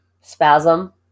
Spasm